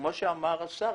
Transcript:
וכמו שאמר השר,